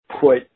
put